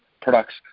products